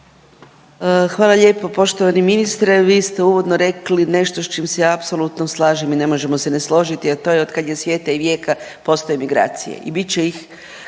Hvala lijepo. Poštovani ministre vi ste uvodno rekli nešto s čim se ja apsolutno slažem i ne možemo se ne složiti, a to je od kad je svijeta i vijeka postoje migracije i bit će ih